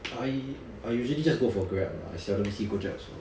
I I usually just go for Grab ah I seldom sit Gojek also